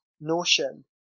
notion